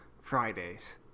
Fridays